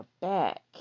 back